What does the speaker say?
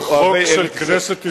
זה חוק של כנסת ישראל.